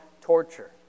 torture